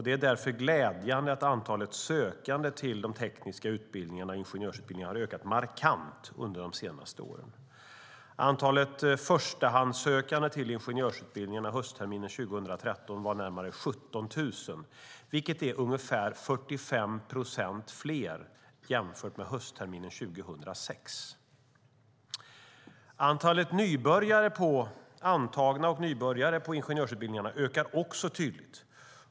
Det är därför glädjande att antalet sökande till de tekniska utbildningarna och ingenjörsutbildningarna har ökat markant under de senaste åren. Antalet förstahandssökande till ingenjörsutbildningarna höstterminen 2013 var närmare 17 000, vilket är ungefär 45 procent fler jämfört med höstterminen 2006. Antalet nybörjare på ingenjörsutbildningarna ökar också tydligt.